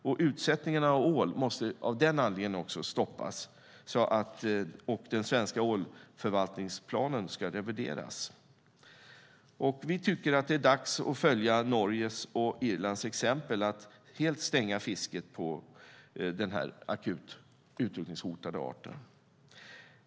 Av den anledningen måste utsättningarna av ål stoppas och den svenska ålförvaltningsplanen revideras. Vi tycker att det är dags att följa Norges och Irlands exempel att helt stänga fisket av den här akut utrotningshotade arten.